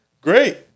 Great